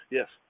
Yes